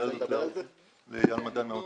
השאלה הזאת לאייל מדן מהאוצר.